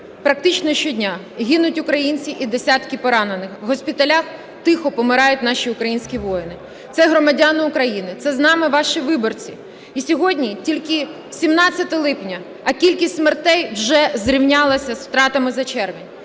практично щодня гинуть українці і десятки поранених, в госпіталях тихо помирають наші українські воїни. Це громадяни України, це наші з вами виборці. І сьогодні тільки 17 липня, а кількість смертей вже зрівнялася з втратами за червень.